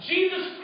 Jesus